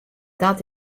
dat